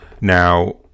Now